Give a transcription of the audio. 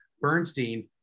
Bernstein